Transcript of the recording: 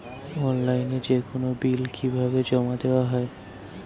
অনলাইনে যেকোনো বিল কিভাবে জমা দেওয়া হয়?